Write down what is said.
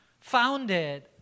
founded